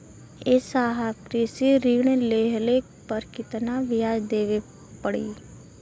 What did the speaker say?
ए साहब कृषि ऋण लेहले पर कितना ब्याज देवे पणी?